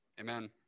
Amen